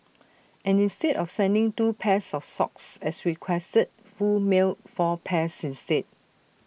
and instead of sending two pairs of socks as requested Foo mailed four pairs instead